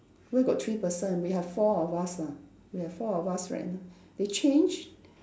where got three person we have four of us lah we have four of us right now they changed